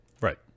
Right